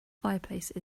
fireplace